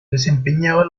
desempeñaba